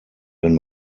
wenn